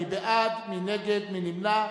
מי בעד, מי נגד, מי נמנע?